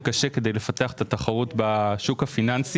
קשה כדי לפתח את התחרות בשוק הפיננסי.